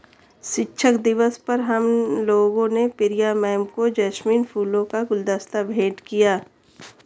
शिक्षक दिवस पर हम लोगों ने प्रिया मैम को जैस्मिन फूलों का गुलदस्ता भेंट किया